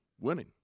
winning